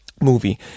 movie